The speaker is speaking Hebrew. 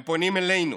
הם פונים אלינו.